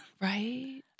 right